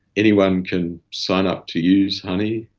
anyone can sign up to use huni,